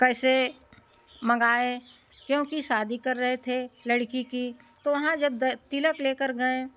कैसे मंगाए क्योंकि शादी कर रहे थे लड़की की तो वहाँ जब द तिलक लेकर गए